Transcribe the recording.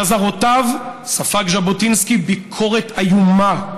על אזהרותיו ספג ז'בוטינסקי ביקורת איומה.